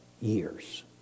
years